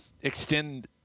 extend